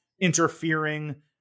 interfering